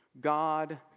God